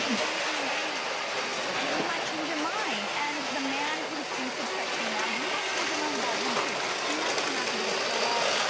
and um back might change your mind and the man who thinks it's sexy now you might change your mind about him too he might turn out to be a total